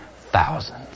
thousands